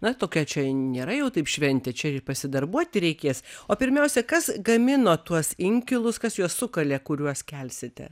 na tokia čia nėra jau taip šventė čia ir pasidarbuoti reikės o pirmiausia kas gamino tuos inkilus kas juos sukalė kuriuos kelsite